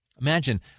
Imagine